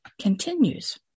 continues